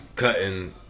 cutting